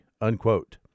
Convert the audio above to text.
unquote